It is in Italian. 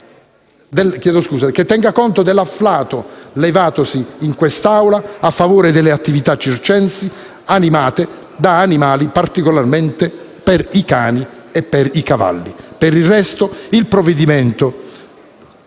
che tenga conto dell'afflato levatosi in quest'Aula a favore delle attività circensi animate dagli animali, in particolare dai cani e dai cavalli. Per il resto, il provvedimento